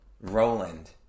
Roland